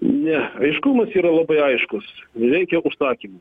ne aiškumas yra labai aiškus reikia užsakymų